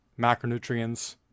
macronutrients